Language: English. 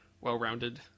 well-rounded